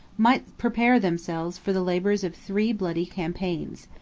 might prepare themselves for the labors of three bloody campaigns.